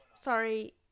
Sorry